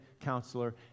counselor